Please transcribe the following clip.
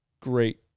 great